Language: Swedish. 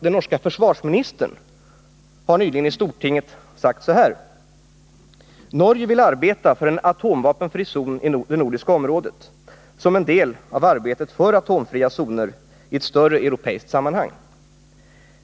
Den norske försvarsministern Thorvald Stoltenberg har nyligen i stortinget sagt följande: Norge vill arbeta för en atomvapenfri zon i det nordiska området som en del av arbetet för atomfria zoner i ett större europeiskt sammanhang.